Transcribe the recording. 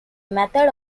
method